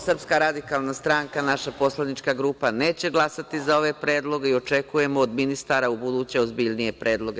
Srpska radikalna stranka, naša poslanička grupa neće glasati za ove predloge i očekujemo od ministara ubuduće ozbiljnije predloge.